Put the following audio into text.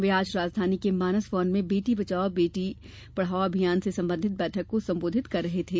वे आज राजधानी के मानस भवन में बेटी बचाओ अभियान से संबंधित बैठक को संबोधित कर रहे थे